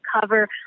cover